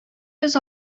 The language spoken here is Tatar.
йөз